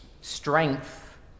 strength